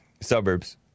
Suburbs